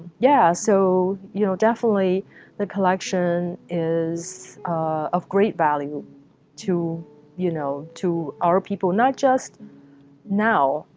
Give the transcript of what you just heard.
yeah, so you know, definitely the collection is of great value to you know to our people, not just now.